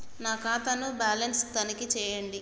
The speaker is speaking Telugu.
నా ఖాతా ను బ్యాలన్స్ తనిఖీ చేయండి?